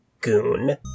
goon